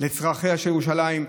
לצרכיה של ירושלים,